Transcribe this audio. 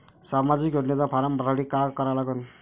सामाजिक योजनेचा फारम भरासाठी का करा लागन?